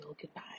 goodbye